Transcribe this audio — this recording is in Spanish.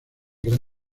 gran